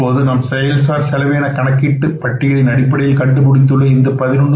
இப்பொழுது நாம் செயல் சார் செலவின கணக்கீட்டு பட்டியலின் அடிப்படையில் கண்டுபிடித்துள்ள இந்த 11